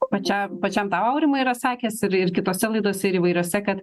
pačiam pačiam tau aurimai yra sakęs ir kitose laidose ir įvairiose kad